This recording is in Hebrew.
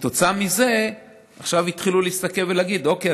וכתוצאה מזה עכשיו התחילו להסתכל ולהגיד: אוקיי,